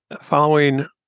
following